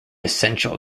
essential